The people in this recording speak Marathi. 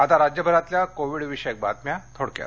आता राज्यभरातल्या कोविडविषयक बातम्या थोडक्यात